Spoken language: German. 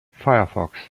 firefox